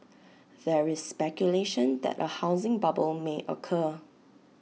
there is speculation that A housing bubble may occur